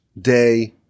day